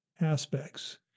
aspects